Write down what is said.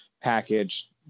package